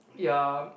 ya